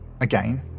again